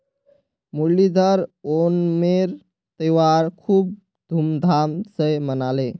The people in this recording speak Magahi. मुरलीधर ओणमेर त्योहार खूब धूमधाम स मनाले